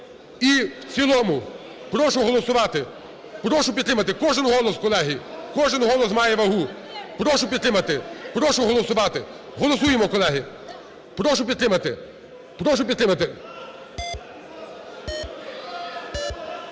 і в цілому. Прошу голосувати. Прошу підтримати. Кожен голос, колеги, кожен голос має вагу. Прошу підтримати. Прошу голосувати. Голосуємо, колеги. Прошу підтримати.